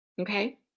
Okay